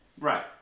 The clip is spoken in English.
right